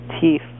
teeth